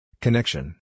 Connection